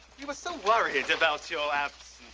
we were so worried about your